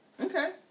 Okay